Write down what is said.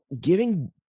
giving